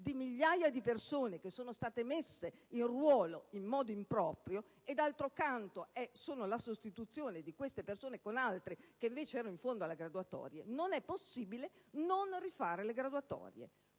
di migliaia di persone, che sarebbero state messe in ruolo in modo improprio e quindi la sostituzione di queste persone con altre che invece erano collocate in fondo alla graduatoria, non è possibile non rifare le graduatorie.